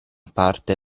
parte